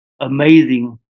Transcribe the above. amazing